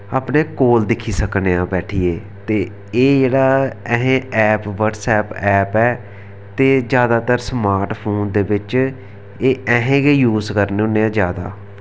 अपने कोल दिक्खी सकने आं बैठिये ते एह् जेह्ड़ा अहें एैप बटसैप एैप ऐ ते जैदातर स्मार्ट फोन दे बिच्च एह् असें गै यूस करने होन्ने आं जैदा